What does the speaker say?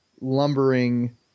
lumbering